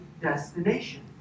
destination